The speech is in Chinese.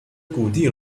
谷地